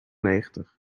negentig